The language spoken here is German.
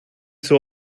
zur